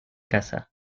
casa